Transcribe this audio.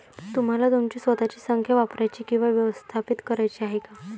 तुम्हाला तुमची स्वतःची संख्या वापरायची किंवा व्यवस्थापित करायची आहे का?